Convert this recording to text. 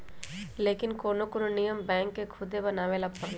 लेकिन कोनो कोनो नियम बैंक के खुदे बनावे ला परलई